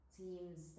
teams